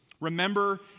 Remember